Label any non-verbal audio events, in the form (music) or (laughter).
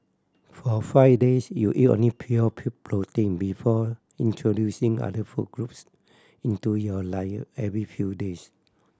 for five days you eat only pure (unintelligible) protein before introducing other food groups into your diet every few days